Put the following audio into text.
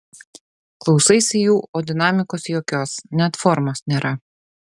klausaisi jų o dinamikos jokios net formos nėra